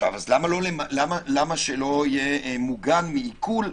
למה שלא יהיה מוגן מעיקול,